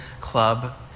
club